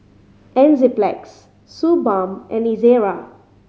Enzyplex Suu Balm and Ezerra